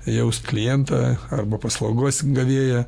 jaust klientą arba paslaugos gavėją